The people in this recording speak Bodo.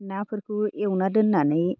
नाफोरखौ एवना दोननानै